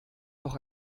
doch